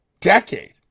decade